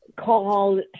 called